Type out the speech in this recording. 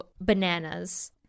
bananas